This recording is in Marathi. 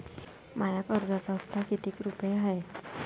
माया कर्जाचा हप्ता कितीक रुपये हाय?